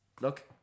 Look